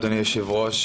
תודה רבה אדוני היושב ראש.